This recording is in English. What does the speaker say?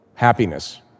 Happiness